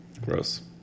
Gross